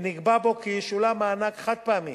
ונקבע בו כי ישולם מענק חד-פעמי